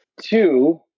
Two